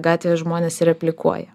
gatvėje žmonės replikuoja